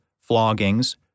floggings